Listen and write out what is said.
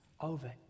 over